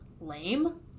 Lame